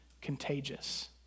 Contagious